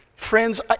Friends